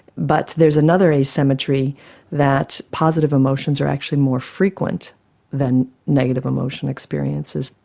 but there's another asymmetry that positive emotions are actually more frequent than negative emotional experiences.